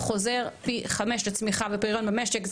חוזר פי חמש לצמיחה בפריון במשק,